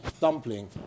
dumpling